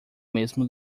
mesmo